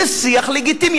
זה שיח לגיטימי.